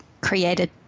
created